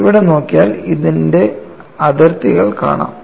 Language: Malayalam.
ഇവിടെ നോക്കിയാൽ ഇതിൻറെ അതിർത്തികൾ കാണാം